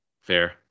fair